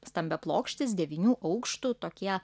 stambiaplokštis devynių aukštų tokie